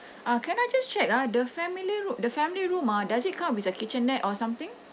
uh can I just check ah the family the family room ah does it come with a kitchenette or something